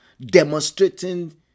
demonstrating